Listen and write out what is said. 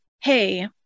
hey